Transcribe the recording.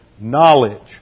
knowledge